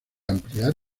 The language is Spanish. ampliar